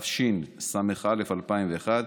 התשס"א 2001,